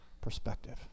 perspective